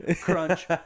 crunch